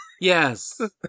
Yes